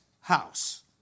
house